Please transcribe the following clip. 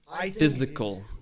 physical